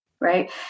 right